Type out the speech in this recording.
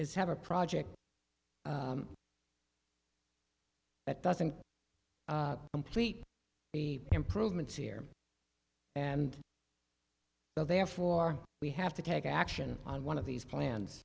is have a project that doesn't complete the improvements here and therefore we have to take action on one of these plans